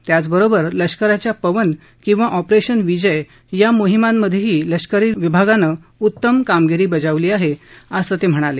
त्याच बरोबर लष्कराच्या पवन किंवा ऑपरेशन विजय या मोहिमांमधेही लष्करी हवाई विभागानं उत्तम कामगिरी बजावली आहे असं ते म्हणाले